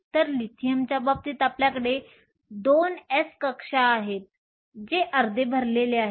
तर लिथियमच्या बाबतीत आपल्याकडे 2s कक्षा आहे जे अर्धे भरलेले आहे